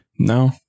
no